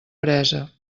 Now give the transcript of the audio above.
presa